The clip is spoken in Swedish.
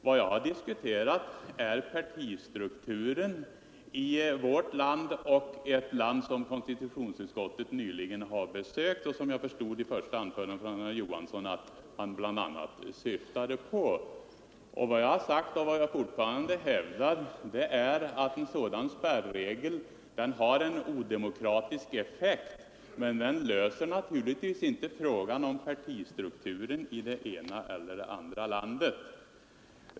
Vad jag diskuterat är partistrukturen i vårt land och i ett land som konstitutionsutskottet nyligen besökt och som jag förstod att herr Johansson syftade på i sitt första anförande. Vad jag sagt och fortfarande hävdar är att en spärregel har en odemokratisk effekt, men den löser naturligtvis inte frågan om partistrukturen i det ena eller andra landet.